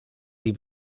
sie